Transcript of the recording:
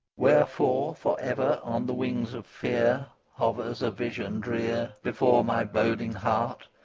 wherefore for ever on the wings of fear hovers a vision drear before my boding heart?